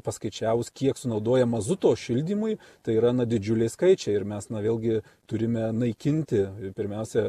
paskaičiavus kiek sunaudoja mazuto šildymui tai yra na didžiuliai skaičiai ir mes na vėlgi turime naikinti pirmiausia